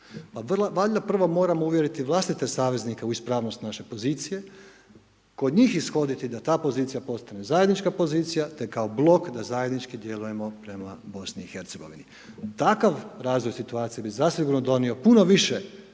valjda prvo moramo uvjeriti vlastite saveznike u ispravnost naše pozicije kod njih ishoditi da ta pozicija postane zajednička pozicija te kao blok da zajednički djelujemo prema BiH. Takav razvoj situacije bi zasigurno donio puno više